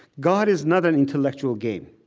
god is not an intellectual game.